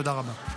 תודה רבה.